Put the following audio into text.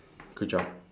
good job